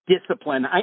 discipline